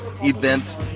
events